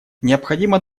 необходимо